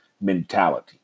mentality